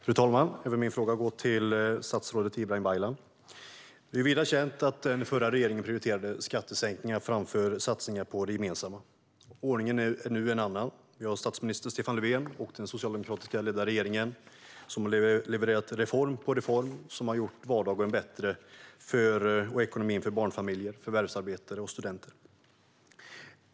Fru talman! Även min fråga går till statsrådet Ibrahim Baylan. Det är ju vida känt att den förra regeringen prioriterade skattesänkningar framför satsningar på det gemensamma. Ordningen är nu en annan. Vi har en statsminister, Stefan Löfven, och en socialdemokratiskt ledd regering som har levererat reform på reform som har gjort vardagen och ekonomin bättre för barnfamiljer, förvärvsarbetare och studenter.